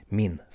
min